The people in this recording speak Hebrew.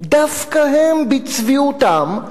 דווקא הם בצביעותם,